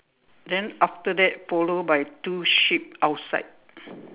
then after that follow by two sheep outside